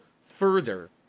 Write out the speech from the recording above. further